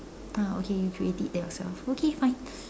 ah okay you create it yourself okay fine